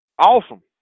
Awesome